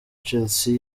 chelsea